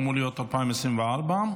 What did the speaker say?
לאומי לצורך הכנתה לקריאה השנייה והשלישית.